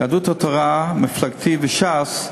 יהדות התורה מפלגתי וש"ס,